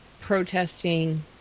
protesting